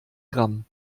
gramm